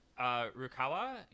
Rukawa